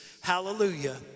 Hallelujah